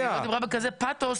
היא לא דיברה בכזה פאתוס.